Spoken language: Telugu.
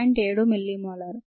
7 మిల్లీమోలార్